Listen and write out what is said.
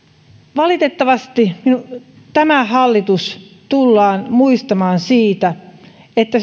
valitettavasti tämä hallitus tullaan muistamaan siitä että